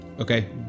Okay